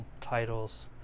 titles